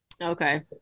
Okay